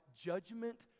judgment